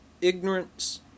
ignorance